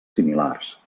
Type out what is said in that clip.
similars